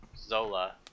zola